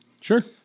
Sure